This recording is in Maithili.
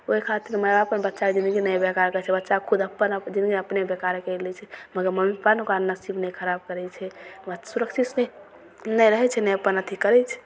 ओहि खातिर माइ बाप अपन बच्चाके जिनगी नहि बेकार करै छै बच्चा खुद अप्पन अप जिनगी अपने बेकार करि लै छै मगर मम्मी पापा ने ओकरा नसीब नहि खराब करै छै बस सुरक्षितसे नहि रहै छै नहि अप्पन अथी करै छै